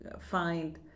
find